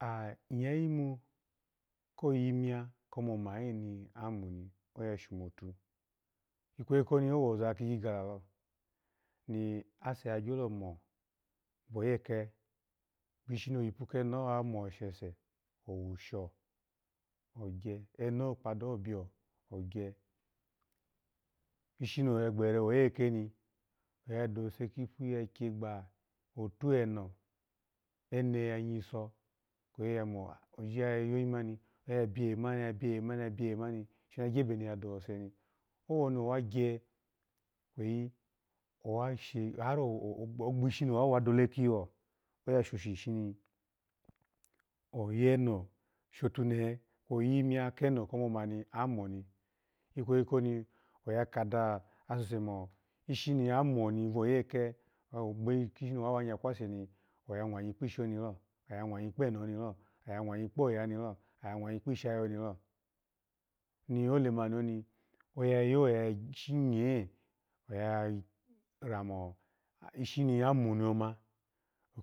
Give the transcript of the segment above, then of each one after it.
Ah iya yimu ko yimiya komamah ni amu ni oya shomtu, ikweyi koni owoza kigiga lalo ni ase agyolo mo, yoyuku, ishi ni oyipu kanaho awemo she owu sho, oyye enecho kpadaho biyo, ogye, ishi noga gbere woyekni, oya dose kukpiye ya kyegba oto eno, ene yanyiso kweyi ya mo oji ya yoyi mani, oya biyo ebemani ya biyo ebemani, ya biya ehamani shona gyu be ni ya dose ni, owoni owagye kweyi gbishini owa wadole kiyo, oya shoshini, oyeno shotunehe kwo oyimiya keno komoma namani kweyi koni oya kadoselse mo ishi na moni voyike, ghiyi kishi, no wawanya kwaseni, oya mwanyi kpishi nidlo, oya mwanyi kpeno nilo, oya mwanyi kpoyanilo, oya mwanyi kpo ishayi onilo, ni olemani, oya yo ishinye oya ra mo ishi ni amu niyoma,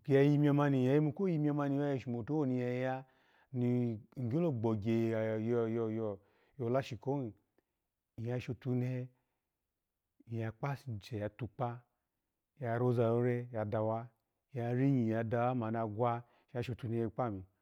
ya yimiya mani, nya gimu ko yimiyu mani oya shomotu, owoni nya ya ni owonbi igyo gbogye yo yo yo yo olashikohi, iya shotunehe, iya kpasuse yatukpa, ya roza rore ya dawa, ya rinyi ya dawa ma na gwa ma na shotunehe kpami.